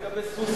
מה לגבי סוסיא?